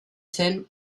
zen